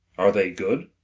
are they good?